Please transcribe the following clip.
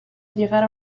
llegar